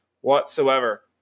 whatsoever